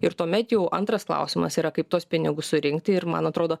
ir tuomet jau antras klausimas yra kaip tuos pinigus surinkti ir man atrodo